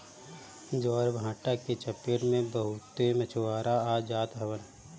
ज्वारभाटा के चपेट में बहुते मछुआरा आ जात हवन